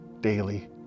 daily